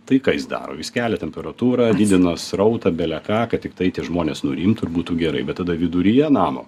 tai ką jis daro jis kelia temperatūrą didina srautą bele ką kad tiktai tie žmonės nurimtų ir būtų gerai bet tada viduryje namo